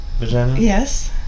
Yes